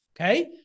Okay